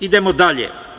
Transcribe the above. Idemo dalje.